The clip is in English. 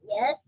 yes